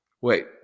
Wait